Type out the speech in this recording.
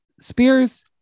Spears